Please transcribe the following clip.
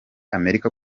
amerika